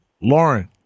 Lauren